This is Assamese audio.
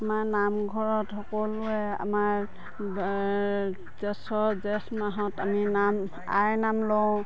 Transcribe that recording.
আমাৰ নামঘৰত সকলোৱে আমাৰ জেঠৰ জেঠ মাহত আমি নাম আইৰ নাম লওঁ